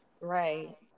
right